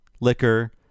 liquor